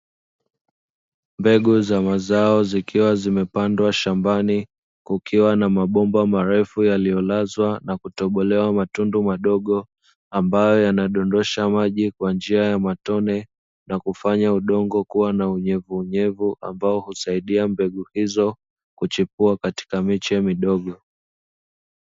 Mbegu za mazao zikiwa zimepandwa shambani, kukiwa na mabomba marefu yaliyolazwa na kutobolewa matundu madogo, ambayo yanadondosha maji kwa njia ya matone, na kufanya udongo kuwa na unyevu unyevu, ambao husaidia mbegu hizo kuchipua katika miche midogo.